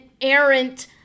errant